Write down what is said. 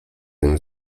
nimi